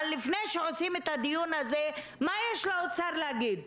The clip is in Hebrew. אבל לפני שעושים את הדיון הזה מה יש לאוצר להגיד.